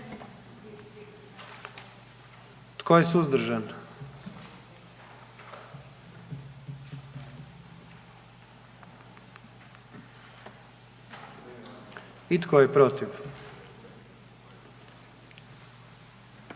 Tko je suzdržan? I tko je protiv?